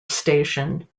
station